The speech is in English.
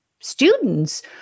students